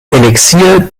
elixier